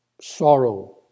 sorrow